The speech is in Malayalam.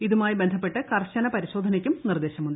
ഇതുമായി ബന്ധപ്പെട്ട് കർശന പരിശോധനയ്ക്കും നിർദ്ദേശമുണ്ട്